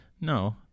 No